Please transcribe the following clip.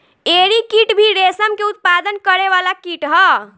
एरी कीट भी रेशम के उत्पादन करे वाला कीट ह